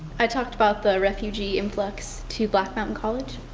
i talked about the refugee influx to black mountain college.